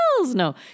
no